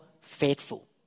faithful